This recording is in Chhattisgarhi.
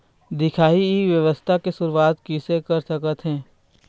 दिखाही ई व्यवसाय के शुरुआत किसे कर सकत हे?